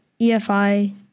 EFI